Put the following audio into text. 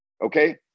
Okay